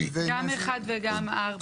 הכוונה היא שהמועצה המאסדרת,